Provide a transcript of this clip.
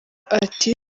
ati